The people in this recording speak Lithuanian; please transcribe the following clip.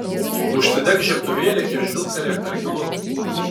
užsidek žiebtuvėlį ir žvilgterėk ar gilu